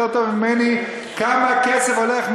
יותר טוב ממני כמה כסף הולך,